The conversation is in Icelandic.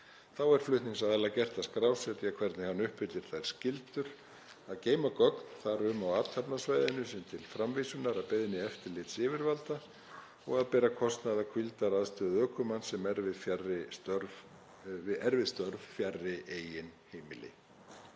Þá er flutningsaðila gert að skrásetja hvernig hann uppfyllir þær skyldur og geyma gögn þar um á athafnasvæði sínu til framvísunar að beiðni eftirlitsyfirvalda og að bera kostnað af hvíldaraðstöðu ökumanns sem er við störf fjarri eigin heimili.